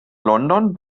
london